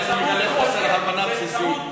מגלה חוסר הבנה בסיסי.